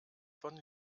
von